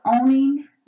owning